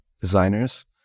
designers